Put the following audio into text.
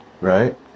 Right